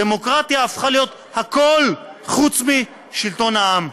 דמוקרטיה הפכה להיות הכול חוץ משלטון העם.